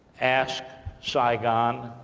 asked saigon,